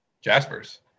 Jaspers